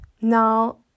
Now